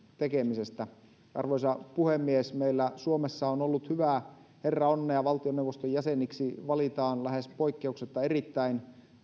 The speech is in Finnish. tekemisestä arvoisa puhemies meillä suomessa on ollut hyvää herraonnea valtioneuvoston jäseniksi valitaan lähes poikkeuksetta erittäin